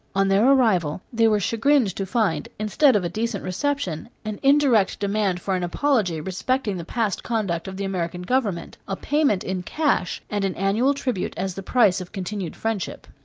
on their arrival, they were chagrined to find, instead of a decent reception, an indirect demand for an apology respecting the past conduct of the american government, a payment in cash, and an annual tribute as the price of continued friendship.